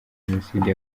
jenoside